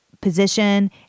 position